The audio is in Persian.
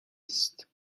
است